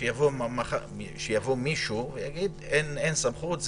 יבוא מישהו ויגיד שאין סמכות.